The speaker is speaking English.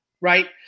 Right